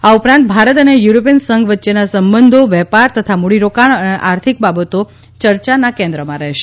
આ ઉપરાંત ભારત અને યુરોપીયન સંઘ વચ્ચેના સંબંધો વેપાર તથા મૂડીરોકાણ અને આર્થિક બાબતો ચર્ચાના કેન્દ્રમાં રહેશે